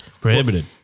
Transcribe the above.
prohibited